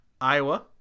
Iowa